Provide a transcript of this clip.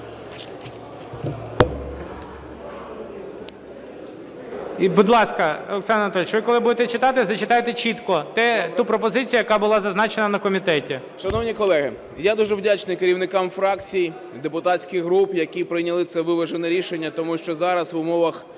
будь ласка, Олександр Анатолійович, ви, коли будете читати, зачитайте чітко ту пропозицію, яка була зазначена на комітеті. 13:47:45 ДУБІНСЬКИЙ О.А. Шановні колеги, я дуже вдячний керівникам фракцій, депутатських груп, які прийняли це виважене рішення. Тому що зараз, в умовах